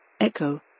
Echo